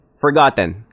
Forgotten